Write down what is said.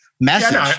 message